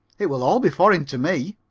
it will all be foreign to me.